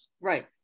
Right